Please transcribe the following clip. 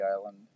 island